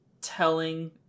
telling